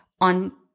on